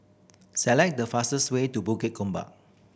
select the fastest way to Bukit Gombak